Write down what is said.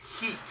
heat